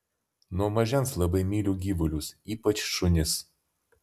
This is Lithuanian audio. nuo mažens labai myliu gyvulius ypač šunis